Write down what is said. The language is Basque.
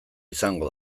izango